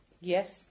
Yes